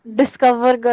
discover